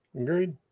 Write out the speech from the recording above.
Agreed